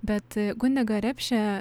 bet gundega repšė